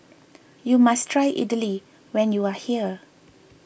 you must try Idili when you are here